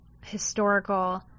historical